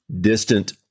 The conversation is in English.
distant